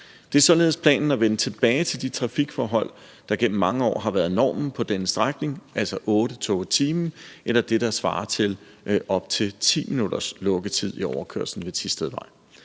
således planen at vende tilbage til de trafikforhold, der igennem mange år har været normen på denne strækning, altså otte tog i timen eller det, der svarer til op til 10 minutters lukketid i overkørslen ved Thistedvej.